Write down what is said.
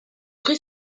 pré